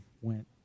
went